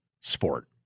sport